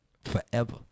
forever